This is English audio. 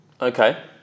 Okay